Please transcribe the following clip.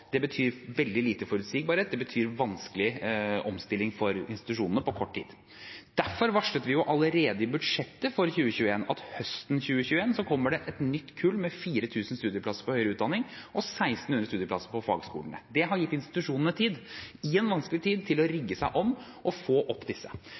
Det betyr veldig lite forutsigbarhet, det betyr vanskelig omstilling for institusjonene på kort tid. Derfor varslet vi allerede i budsjettet for 2021 at høsten 2021 kommer det et nytt kull med 4 000 studieplasser på høyere utdanning og 1 600 studieplasser på fagskolene. Det har gitt institusjonene tid, i en vanskelig tid, til å